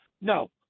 No